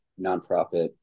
nonprofit